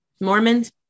mormons